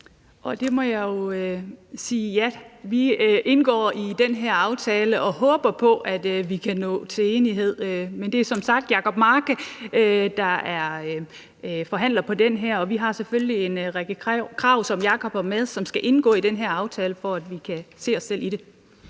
SF indgår i den her aftale og håber på, at vi kan nå til enighed. Men det er som sagt Jacob Mark, der er forhandler på den her, og vi har selvfølgelig en række krav, som Jacob har med, og som skal indgå i den her aftale, for at vi kan se os selv i det.